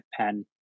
pen